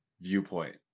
viewpoint